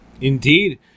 Indeed